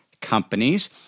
companies